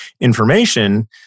information